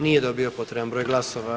Nije dobio potreban broj glasova.